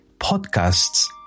podcasts